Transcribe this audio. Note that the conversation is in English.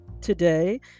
Today